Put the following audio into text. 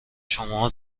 شما